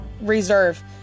reserve